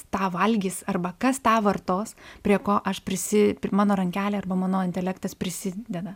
tą valgys arba kas tą vartos prie ko aš prisi ir mano rankelė arba mano intelektas prisideda